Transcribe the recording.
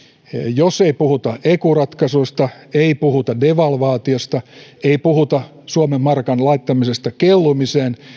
jos ei puhuta ecuratkaisuista ei puhuta devalvaatiosta ei puhuta suomen markan kellumaan laittamisesta